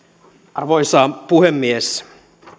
arvoisa puhemies